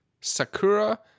Sakura